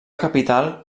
capital